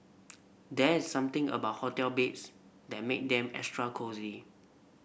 there is something about hotel beds that make them extra cosy